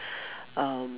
um